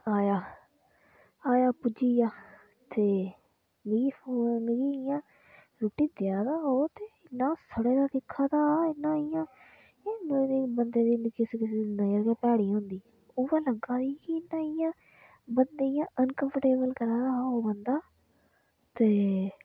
आया आया पुज्जी गेआ ते जिसलै रुट्टी देआ दा हा ओह् ते इन्ना सडे़ दा दिक्खै दा हा इन्ना इ'यां मेरे उप्पर जि'यां कुसै कुसै बंदे दी नजर गै भैड़ी होंदी होऐ लग्गै दी ही इन्ना इ'यां बंदे गी इ'यां अनकमफर्टेबल करै दा हा ओह् बंदा ते